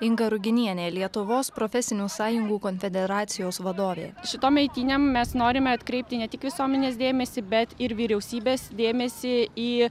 inga ruginienė lietuvos profesinių sąjungų konfederacijos vadovė šitom eitynėm mes norime atkreipti ne tik visuomenės dėmesį bet ir vyriausybės dėmesį į